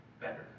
better